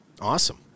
Awesome